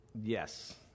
Yes